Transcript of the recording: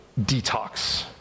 detox